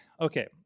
okay